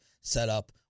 setup